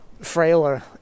frailer